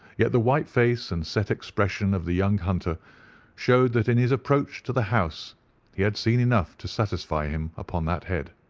yet the white face and set expression of the young hunter showed that in his approach to the house he had seen enough to satisfy him upon that head.